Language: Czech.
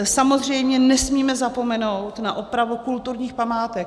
Samozřejmě nesmíme zapomenout na opravu kulturních památek.